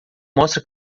mostra